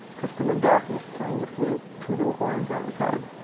just in the darkness playing the flute, two little horns on his head.